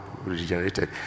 regenerated